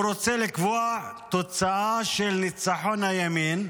הוא רוצה לקבוע תוצאה של ניצחון הימין.